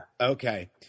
Okay